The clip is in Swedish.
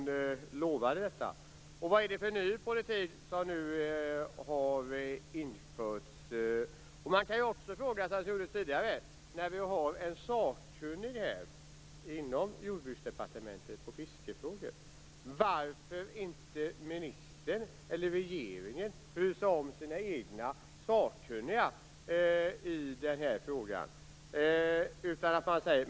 Vad är det för ny politik som har införts? Man kan också fråga varför regeringen inte bryr sig om sina egna sakkunniga i denna fråga. Vi har ju en sakkunnig på fiskefrågor inom Jordbruksdepartementet. Finansdepartementet bestämmer helt och hållet vad som är riktigt.